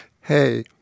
Hey